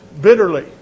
bitterly